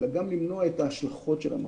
אלא גם למנוע את ההשלכות של המחלה.